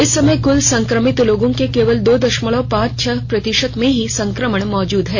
इस समय कुल संक्रमित लोगों के केवल दो दशमलव पांच छह प्रतिशत में ही संक्रमण मौजूद है